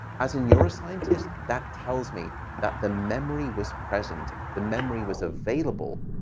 as a neuroscientist, that tells me that the memory was present. the memory was available.